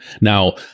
Now